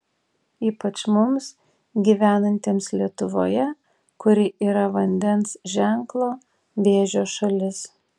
ypač mums gyvenantiems lietuvoje kuri yra vandens ženklo vėžio šalis